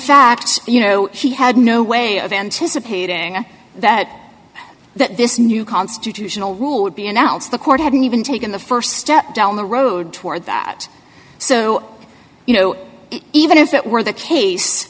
fact you know she had no way of anticipating that that this new constitutional rule would be announced the court hadn't even taken the st step down the road toward that so you know even if that were the case